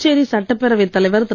புதுச்சேரி சட்டப்பேரவைத் தலைவர் திரு